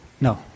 No